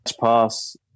pass